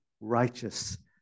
righteous